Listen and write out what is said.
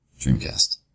Dreamcast